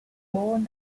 born